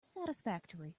satisfactory